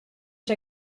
der